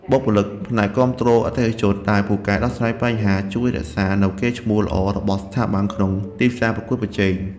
បុគ្គលិកផ្នែកគាំទ្រអតិថិជនដែលពូកែដោះស្រាយបញ្ហាជួយរក្សានូវកេរ្តិ៍ឈ្មោះល្អរបស់ស្ថាប័នក្នុងទីផ្សារប្រកួតប្រជែង។